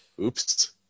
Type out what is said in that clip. Oops